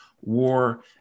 War